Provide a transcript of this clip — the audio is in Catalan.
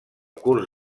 curs